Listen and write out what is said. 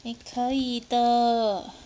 你可以的